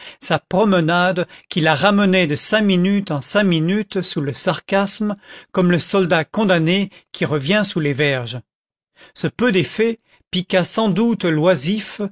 sa promenade qui la ramenait de cinq minutes en cinq minutes sous le sarcasme comme le soldat condamné qui revient sous les verges ce peu d'effet piqua sans doute l'oisif